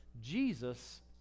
Jesus